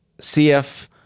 CF